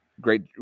Great